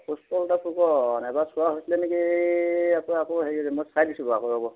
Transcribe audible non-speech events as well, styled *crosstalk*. *unintelligible* এবা চোৱা হৈছিলে নেকি *unintelligible* আকৌ হেৰি *unintelligible* মই চাই দিছোঁ বাৰু আকৌ ৰ'ব